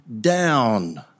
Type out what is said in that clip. down